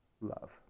love